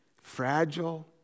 fragile